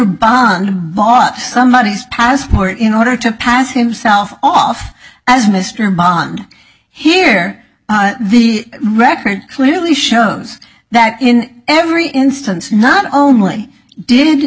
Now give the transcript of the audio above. bond bought some of his passport in order to pass himself off as mr bond here the record clearly shows that in every instance not only did